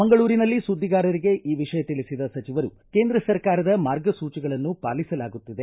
ಮಂಗಳೂರಿನಲ್ಲಿ ಸುದ್ದಿಗಾರರಿಗೆ ಈ ವಿಷಯ ತಿಳಿಸಿದ ಸಚಿವರು ಕೇಂದ್ರ ಸರ್ಕಾರದ ಮಾರ್ಗಸೂಚಿಗಳನ್ನು ಪಾಲಿಸಲಾಗುತ್ತಿದೆ